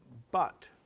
but